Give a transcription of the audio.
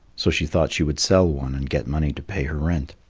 so she thought she would sell one and get money to pay her rent.